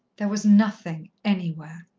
there was nothing anywhere.